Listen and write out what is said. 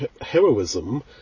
heroism